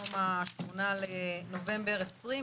היום ה-8 לנובמבר 2021,